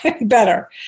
better